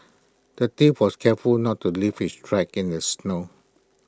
the thief was careful not to leave his tracks in the snow